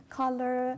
color